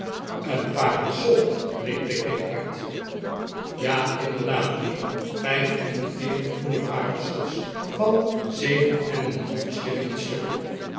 een parasol riep pickwick uit ja inderdaad mijnheerl vijf en veertig groene parasols van zeven en een halven shilling het stuk